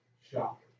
shock